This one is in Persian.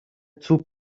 توپ